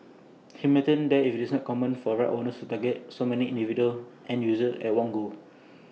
he maintained that IT is not common for rights owners to target so many individual end users at one go